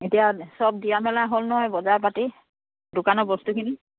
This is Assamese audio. এতিয়া চব দিয়া মেলা হ'ল নহয় বজাৰ পাতি দোকানৰ বস্তুখিনি